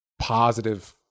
positive